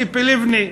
ציפי לבני,